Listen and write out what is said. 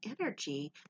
energy